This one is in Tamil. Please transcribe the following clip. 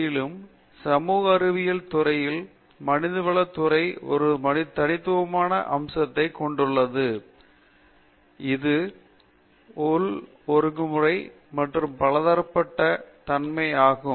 யிலும் சமூக அறிவியல் துறையில் மனிதவளத் துறை ஒரு தனித்துவமான அம்சத்தைக் கொண்டுள்ளது இது உள் ஒழுங்குமுறை மற்றும் பலதரப்பட்ட தன்மை ஆகும்